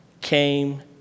came